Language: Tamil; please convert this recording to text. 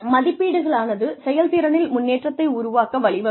மதிப்பீடுகளானது செயல்திறனில் முன்னேற்றத்தை உருவாக்க வழிவகுக்கும்